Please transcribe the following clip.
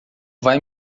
vai